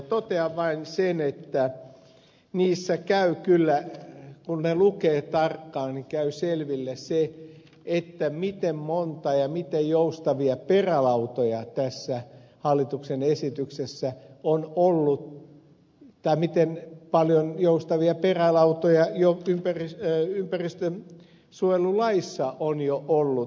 totean vain sen että niistä käy kyllä selville kun perustelut lukee tarkkaan miten monia ja miten joustavia perälautoja tässä hallituksen esityksessä on tai miten paljon joustavia perälautoja jo ympäristönsuojelulaissa on ollut